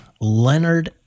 leonard